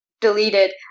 deleted